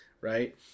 Right